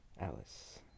Alice